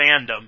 fandom